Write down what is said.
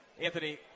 Anthony